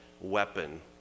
weapon